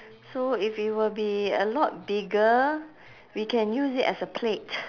so if it were be a lot bigger we can use it as a plate